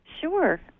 Sure